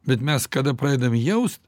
bet mes kada pradedam jaust